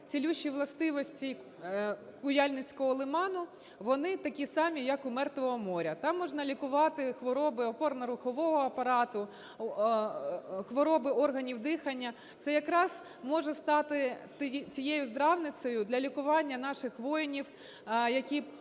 цілющі властивості Куяльницького лиману, вони такі самі, як у Мертвого моря: там можна лікувати хвороби опорно-рухового апарату, хвороби органів дихання. Це якраз може стати тією здравницею для лікування наших воїнів, які